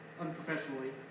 unprofessionally